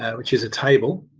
which is a table,